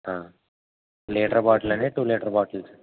ఆ లీటర్ బాటలా అండి టూ లీటరు బాటల్